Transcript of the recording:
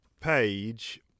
page